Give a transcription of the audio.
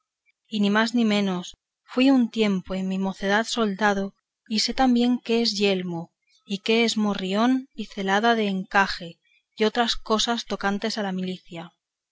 y ni más ni menos fui un tiempo en mi mocedad soldado y sé también qué es yelmo y qué es morrión y celada de encaje y otras cosas tocantes a la milicia